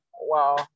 Wow